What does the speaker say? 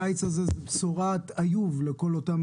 הקיץ הזה הוא בשורת איוב לכל אותם